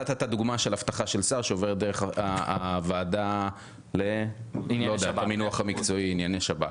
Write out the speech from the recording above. נתת את הדוגמה של אבטחה של שר שעוברת דרך הוועדה לענייני שב"כ,